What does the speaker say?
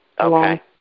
Okay